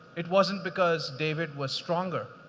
it wasn't because david was stronger.